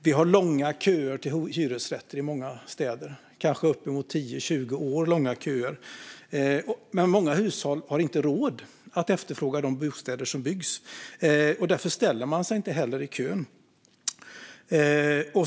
Vi har långa köer till hyresrätter i många städer, kanske uppemot 10-20 år långa köer. Men många hushåll har inte råd att efterfråga de bostäder som byggs, och därför ställer man sig inte heller i kön.